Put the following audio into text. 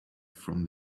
from